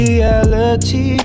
Reality